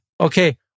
Okay